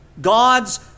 God's